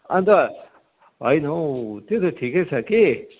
अन्त होइन हौ त्यो त ठिकै छ कि